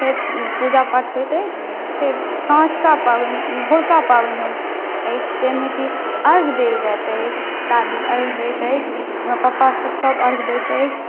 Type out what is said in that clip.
फेर पूजा पाठ होइत अछि फेर साँझका पाबनि भोरका पाबनि होइत अछि जाहिमे की अर्घ्य देल जाइत अछि दादी अर्घ्य दैत अछि ओहिमे पापा सब अर्घ्य दैत अछि